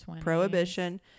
prohibition